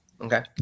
Okay